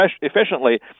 efficiently